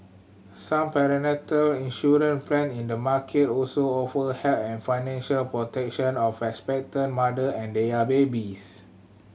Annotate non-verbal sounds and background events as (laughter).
some prenatal (unintelligible) plan in the market also offer (unintelligible) and financial protection of expectant mother and their babies